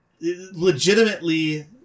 legitimately